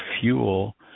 fuel